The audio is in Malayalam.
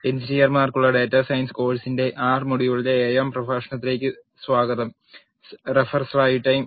എഞ്ചിനീയർമാർക്കുള്ള ഡാറ്റാ സയൻസ് കോഴ് സിന്റെ ആർ മൊഡ്യൂളിലെ 7 ലെ പ്രഭാഷണത്തിലേക്ക് സ്വാഗതം